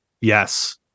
Yes